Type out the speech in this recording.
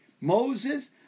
Moses